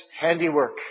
handiwork